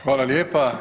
Hvala lijepa.